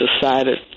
decided